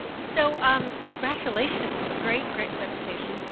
so, um, congratulations. great, great presentation.